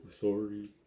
sorry